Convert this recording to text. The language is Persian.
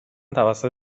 توسط